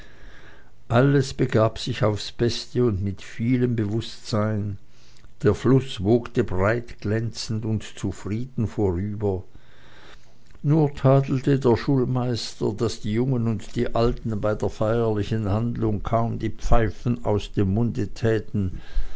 alles begab sich auf das beste und mit vielem bewußtsein der fluß wogte breit glänzend und zufrieden vorüber nur tadelte der schulmeister daß die jungen und die alten bei der feierlichen handlung kaum die pfeifen aus dem munde täten